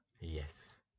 Yes